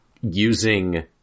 using